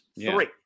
Three